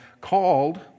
called